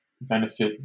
benefit